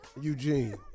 Eugene